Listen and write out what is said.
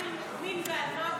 אמרת שמין בפנים, ועל מה?